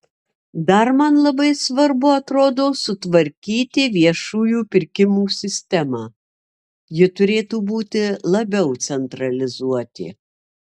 dar man labai svarbu atrodo sutvarkyti viešųjų pirkimų sistemą ji turėtų būti labiau centralizuoti